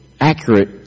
accurate